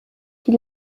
die